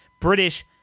British